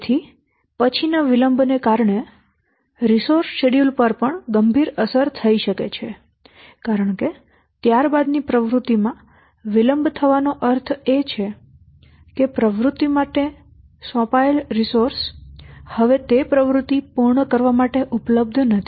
તેથી પછીના વિલંબ ને કારણે રિસોર્સ શેડ્યૂલ પર પણ ગંભીર અસર થઈ શકે છે કારણ કે ત્યારબાદની પ્રવૃત્તિમાં વિલંબ થવાનો અર્થ એ છે કે પ્રવૃત્તિ માટે સોંપાયેલ રિસોર્સ હવે તે પ્રવૃત્તિ પૂર્ણ કરવા માટે ઉપલબ્ધ નથી